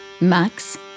Max